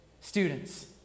Students